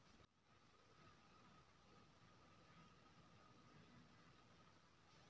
mobile सँ सेहो आब तुरंत डिजिटल वेतन आओर बचत खाता खुलि जाइत छै